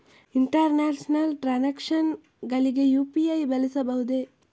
International transactions ಗಳಿಗೆ UPI ಬಳಸಬಹುದೇ?